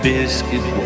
Biscuit